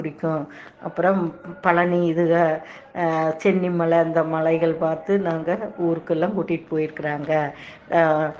பிடிக்கும் அப்புறம் பழனி இதுக சென்னி மலை அந்த மலைகள் பார்த்து நாங்கள் ஊருக்கெல்லாம் கூட்டிகிட்டு போயிருக்கிறாங்க